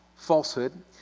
falsehood